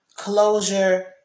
Closure